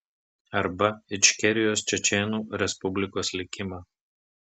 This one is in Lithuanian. arba ičkerijos čečėnų respublikos likimą